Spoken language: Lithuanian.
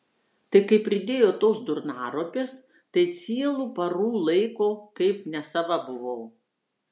tai kai pridėjo tos durnaropės tai cielų parų laiko kaip nesava buvau